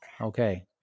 Okay